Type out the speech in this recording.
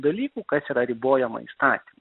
dalykų kas yra ribojama įstatymų